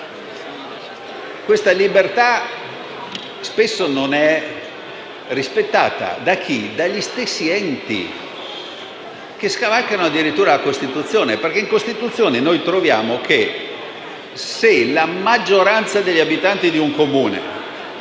Questa libertà spesso non è rispettata dagli stessi enti, che scavalcano addirittura la Costituzione, perché la nostra Carta fondamentale stabilisce che la maggioranza degli abitanti di un Comune